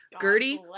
Gertie